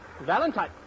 Valentine